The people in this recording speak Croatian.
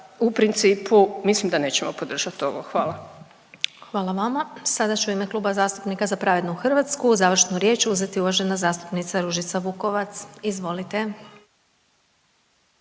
u principu mislim da nećemo podržati ovo. Hvala. **Glasovac, Sabina (SDP)** Hvala vama. Sada će u ime Kluba zastupnika Za pravednu Hrvatsku završnu riječ uzeti uvažena zastupnica Ružica Vukovac. Izvolite.